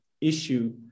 issue